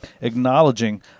acknowledging